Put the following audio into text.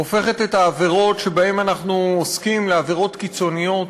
הופכת את העבירות שבהן אנחנו עוסקים לעבירות קיצוניות.